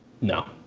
no